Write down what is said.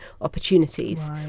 opportunities